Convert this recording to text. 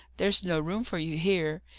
there's no room for you here.